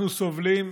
אנחנו סובלים,